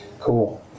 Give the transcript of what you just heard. cool